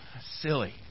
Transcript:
Silly